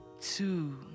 two